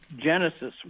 Genesis